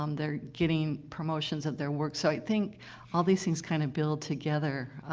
um they're getting promotions at their work. so, i think all these things kind of build together,